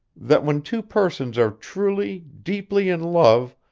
that when two persons are truly, deeply in love,